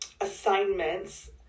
assignments